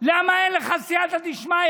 למה אין לך סייעתא דשמיא,